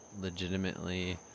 legitimately